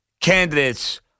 candidates